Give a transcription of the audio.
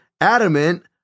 adamant